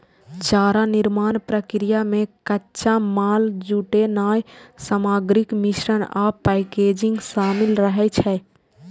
चारा निर्माण प्रक्रिया मे कच्चा माल जुटेनाय, सामग्रीक मिश्रण आ पैकेजिंग शामिल रहै छै